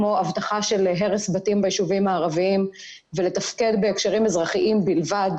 כמו אבטחה של הרס בתים ביישובים הערבים ולתפקד בהקשרים אזרחיים בלבד,